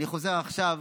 אני חוזר עכשיו